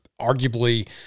arguably –